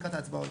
לקראת הצבעות.